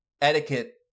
etiquette